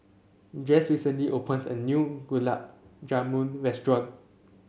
Jesse recently opened a new Gulab Jamun restaurant